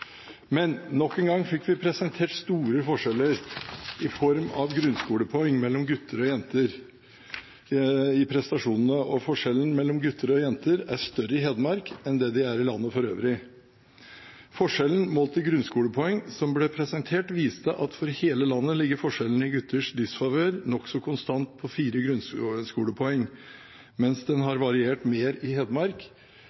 Men nok en gang fikk vi presentert store forskjeller, målt i form av grunnskolepoeng, mellom gutter og jenter i prestasjonene, og forskjellene mellom gutter og jenter er større i Hedmark enn de er i landet for øvrig. Forskjellen, målt i grunnskolepoeng, som ble presentert, viste at for hele landet ligger forskjellen i gutters disfavør nokså konstant på 4 grunnskolepoeng, mens den har variert mer i Hedmark,